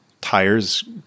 tires